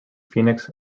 phoenix